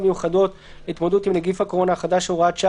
מיוחדות להתמודדות עם נגיף הקורונה החדש (הוראת שעה)